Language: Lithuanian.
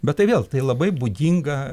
bet tai vėl tai labai būdinga